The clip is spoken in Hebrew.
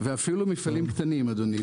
ואפילו מפעלים קטנים אדוני,